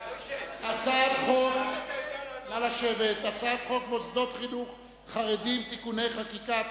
הצעת חוק מוסדות חינוך מוכרים חרדיים (תיקוני חקיקה),